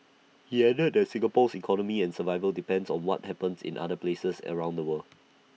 he added that Singapore's economy and survival depend on what happens in other places around the world